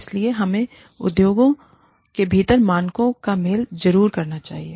इसलिए हमें उद्योग के भीतर मानकों का मेल ज़रूर करना चाहिए